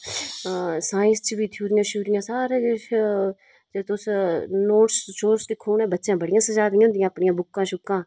science च बी थ्यूरियां शयूरियां सारा किश तुस नोड़स शोड़स दिक्खो उ'नें बच्चें बड़ियां सजादियां होंदियां बुक्कां शुक्कां